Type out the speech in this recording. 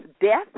death